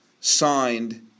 signed